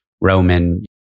Roman